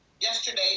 yesterday